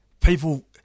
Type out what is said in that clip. people